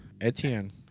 Etienne